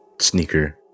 sneaker